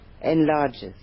enlarges